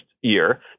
year